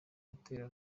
gutera